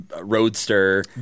roadster